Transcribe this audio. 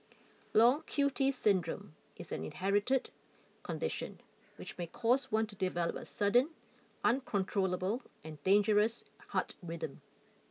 Long Q T syndrome is an inherited condition which may cause one to develop a sudden uncontrollable and dangerous heart rhythm